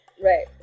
Right